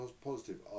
positive